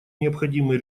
необходимые